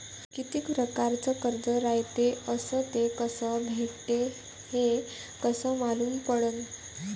कितीक परकारचं कर्ज रायते अस ते कस भेटते, हे कस मालूम पडनं?